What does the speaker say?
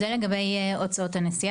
זה לגבי הוצאות הנסיעה.